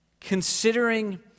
Considering